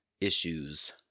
issues